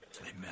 Amen